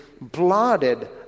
blotted